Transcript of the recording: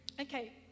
okay